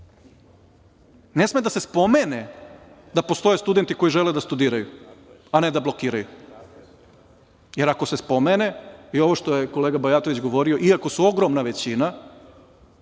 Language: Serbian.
sme da se spomene da postoje studenti koji žele da studiraju, a ne da blokiraju, jer ako se spomene, i ovo što je kolega Bajatović govorio, iako su ogromna većina,